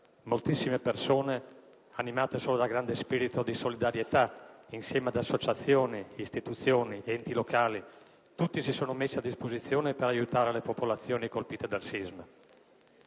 Moltissime persone, animate solo da grande spirito di solidarietà, insieme ad associazioni, istituzioni, enti locali, tutti si sono messi a disposizione per aiutare le popolazioni colpite dal sisma,